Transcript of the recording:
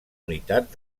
unitats